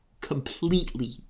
completely